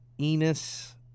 Enos